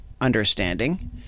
understanding